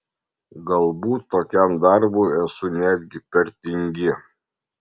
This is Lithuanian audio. galbūt tokiam darbui esu netgi per tingi